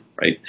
right